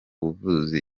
buvuzi